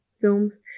films